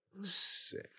Sick